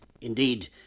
Indeed